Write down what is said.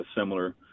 similar